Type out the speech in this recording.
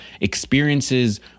experiences